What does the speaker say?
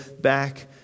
back